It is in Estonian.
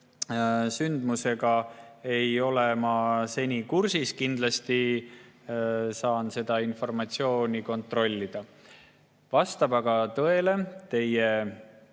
sündmusega ei ole ma kursis, kindlasti saan seda informatsiooni kontrollida. Vastab aga tõele teie